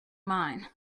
mine